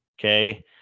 Okay